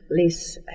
less